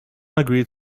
agreed